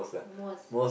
almost